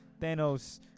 Thanos